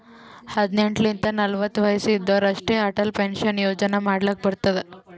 ಹದಿನೆಂಟ್ ಲಿಂತ ನಲ್ವತ ವಯಸ್ಸ್ ಇದ್ದೋರ್ ಅಷ್ಟೇ ಅಟಲ್ ಪೆನ್ಷನ್ ಯೋಜನಾ ಮಾಡ್ಲಕ್ ಬರ್ತುದ್